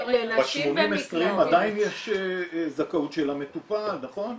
- ל-80/20 עדיין יש זכאות של המטופל נכון?